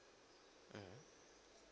mm